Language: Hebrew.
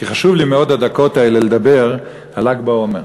כי חשוב לי מאוד בדקות האלה לדבר על ל"ג בעומר.